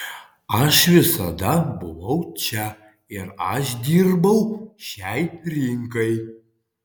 aš visada buvau čia ir aš dirbau šiai rinkai